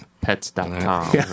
Pets.com